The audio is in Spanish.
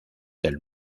del